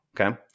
okay